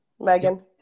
Megan